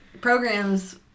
programs